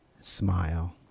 smile